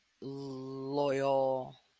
loyal